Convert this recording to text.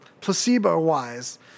placebo-wise